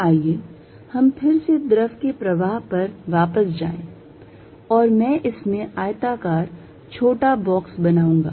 आइए हम फिर से द्रव के प्रवाह पर वापस जाएं और मैं इसमें आयताकार छोटा बॉक्स बनाऊंगा